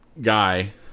guy